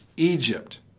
Egypt